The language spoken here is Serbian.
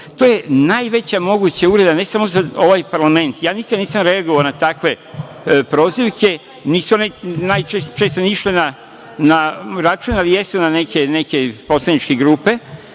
To je najveća moguća uvreda ne samo za ovaj parlament. Ja nikada nisam reagovao na takve prozivke, nisu one često na račun, ali često jesu, neke poslaničke grupe